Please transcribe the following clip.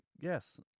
yes